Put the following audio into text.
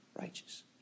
righteous